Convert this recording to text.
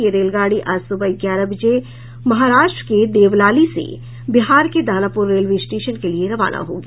यह रेलगाडी आज सुबह ग्यारह बजे महाराष्ट्र के देवलाली से बिहार के दानापुर रेलवे स्टेशन के लिए रवाना होगी